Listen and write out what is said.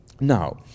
Now